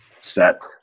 set